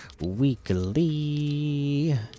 weekly